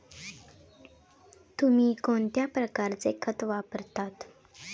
तुम्ही कोणत्या प्रकारचे खत वापरता?